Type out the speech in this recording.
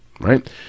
right